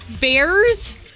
Bears